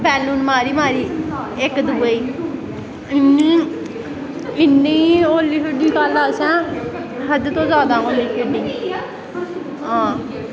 balloon मारी मारी इक दुए इन्नी होली खेढी कल असैं हद्द तो जादा होली खेढी हां